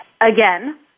Again